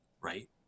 right